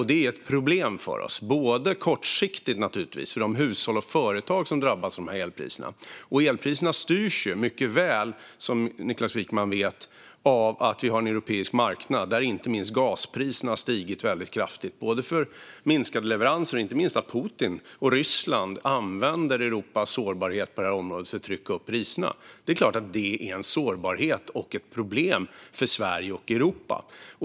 Det är kortsiktigt naturligtvis ett problem för de hushåll och företag som drabbas. Elpriserna styrs ju som Niklas Wykman mycket väl vet av att vi har en europeisk marknad där inte minst gaspriserna stigit väldigt kraftigt på grund av minskade leveranser och inte minst för att Putin och Ryssland använder Europas sårbarhet på det här området för att trycka upp priserna. Det är klart att det är en sårbarhet och ett problem för Sverige och Europa.